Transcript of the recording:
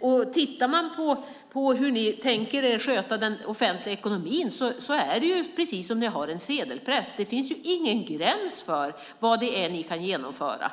Om man tittar på hur ni tänker sköta den offentliga ekonomin är det precis som om ni har en sedelpress. Det finns ingen gräns för vad det är ni kan genomföra.